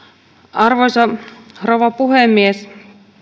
arvoisa rouva puhemies